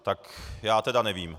Tak já teda nevím.